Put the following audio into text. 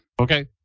okay